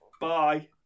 Bye